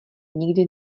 nikdy